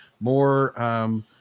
more